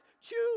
choose